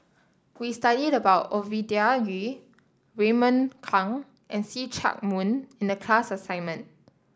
we studied about Ovidia Yu Raymond Kang and See Chak Mun in the class assignment